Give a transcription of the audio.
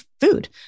food